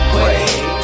wait